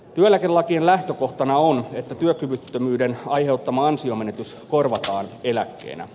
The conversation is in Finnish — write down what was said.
työeläkelakien lähtökohtana on että työkyvyttömyyden aiheuttama ansionmenetys korvataan eläkkeenä